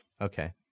Okay